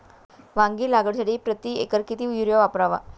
वांगी लागवडीसाठी प्रति एकर किती युरिया वापरावा?